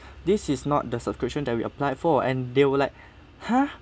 this is not the subscription that we applied for and they were like hor